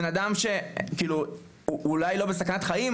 בן אדם שהוא אולי לא בסכנת חיים,